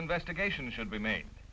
investigation should be made